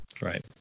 Right